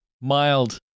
mild